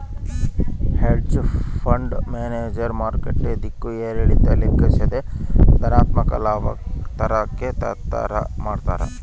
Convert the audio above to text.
hedge fund manager ಮಾರುಕಟ್ಟೆ ದಿಕ್ಕು ಏರಿಳಿತ ಲೆಕ್ಕಿಸದೆ ಧನಾತ್ಮಕ ಲಾಭ ತರಕ್ಕೆ ತಂತ್ರ ಮಾಡ್ತಾರ